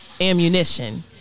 ammunition